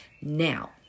now